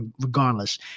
Regardless